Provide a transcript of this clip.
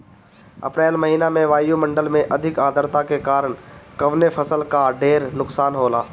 अप्रैल महिना में वायु मंडल में अधिक आद्रता के कारण कवने फसल क ढेर नुकसान होला?